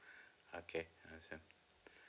okay understand